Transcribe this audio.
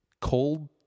cold